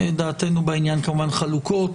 דעתנו בעניין כמובן חלוקות.